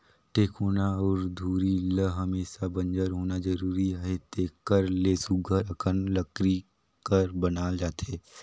टेकोना अउ धूरी ल हमेसा बंजर होना जरूरी अहे तेकर ले सुग्घर अकन लकरी कर बनाल जाथे